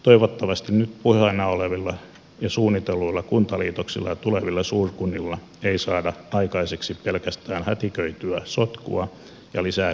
toivottavasti nyt puheena olevilla ja suunnitelluilla kuntaliitoksilla ja tulevilla suurkunnilla ei saada aikaiseksi pelkästään hätiköityä sotkua ja lisää kuntalaisen kurjuutta